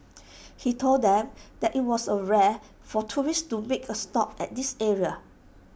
he told them that IT was rare for tourists to make A stop at this area